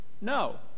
no